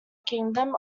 kingdom